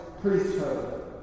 priesthood